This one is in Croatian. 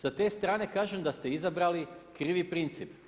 Sa te strane kažem da ste izabrali krivi princip.